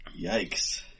Yikes